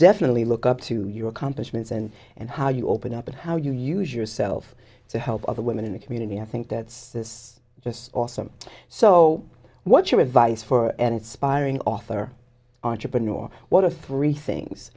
definitely look up to your accomplishments and and how you open up and how you use yourself to help other women in the community i think that's just awesome so what's your advice for an inspiring author entrepreneur what are three things